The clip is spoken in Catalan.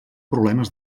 problemes